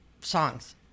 songs